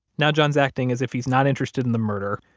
now john's acting as if he's not interested in the murder.